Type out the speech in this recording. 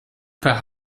per